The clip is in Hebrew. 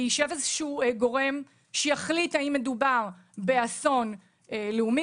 יישב גורם שיחליט האם מדובר באסון לאומי.